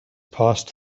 passed